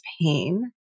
pain